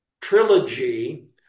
trilogy